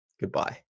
goodbye